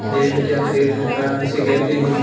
Debit या credit card किसे कहते हैं?